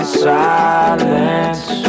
silence